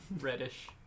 reddish